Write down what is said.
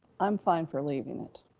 i'm fine for leaving it.